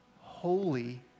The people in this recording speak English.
holy